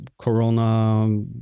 corona